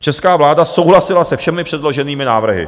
Česká vláda souhlasila se všemi předloženými návrhy.